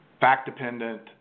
fact-dependent